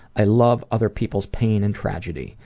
i love other people's pain and tragedy.